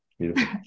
Beautiful